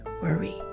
worry